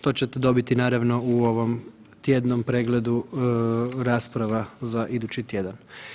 To ćete dobiti naravno u ovom tjednom prijedlogu rasprava za idući tjedan.